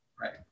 Right